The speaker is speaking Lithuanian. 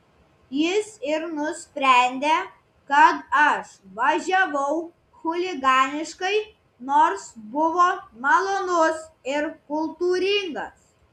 jis ir nusprendė kad aš važiavau chuliganiškai nors buvo malonus ir kultūringas